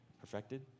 perfected